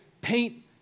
paint